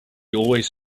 always